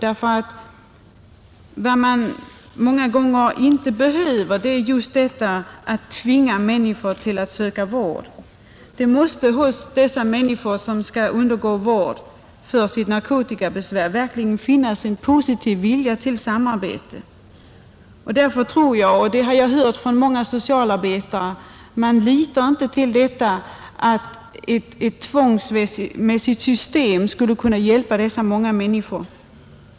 Det som man inte bör göra är just att tvinga människor att söka vård. Hos de människor som skall undergå vård för sina narkotikabesvär måste finnas en verkligt positiv vilja till samarbete. Därför tror jag inte — och det har jag hört från många socialarbetare — att ett tvångsmässigt system skulle kunna hjälpa dessa människor.